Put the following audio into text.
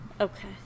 Okay